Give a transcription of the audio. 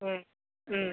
ഉം ഉം